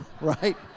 Right